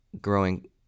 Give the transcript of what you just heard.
growing